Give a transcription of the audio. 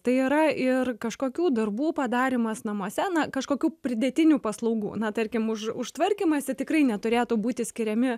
tai yra ir kažkokių darbų padarymas namuose na kažkokių pridėtinių paslaugų na tarkim už už tvarkymąsi tikrai neturėtų būti skiriami